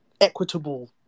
equitable